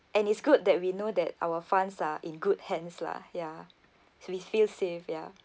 and it's good that we know that our funds are in good hands lah ya so we feel safe ya